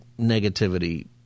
negativity